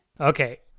okay